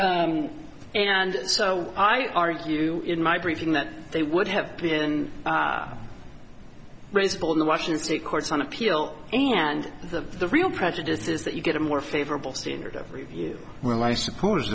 and so i argue in my briefing that they would have been raised in the washington state courts on appeal and the real prejudice is that you get a more favorable standard of review well i suppose